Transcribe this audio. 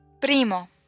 primo